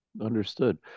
understood